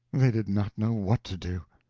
they did not know what to do.